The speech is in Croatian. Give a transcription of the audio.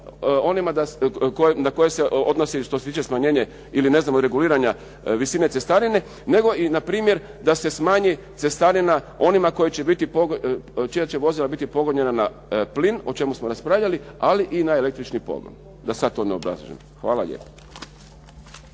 onima na koje se odnosi što se tiče smanjenje ili reguliranja visine cestarine nego i na primjer smanji cestarina onima čija će vozila biti pogonjena na plin o čemu smo raspravljali ali i na električni pogon, da sada to ne obrazlažem. Hvala lijepo.